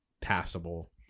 Passable